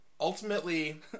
Ultimately